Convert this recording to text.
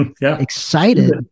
Excited